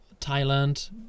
Thailand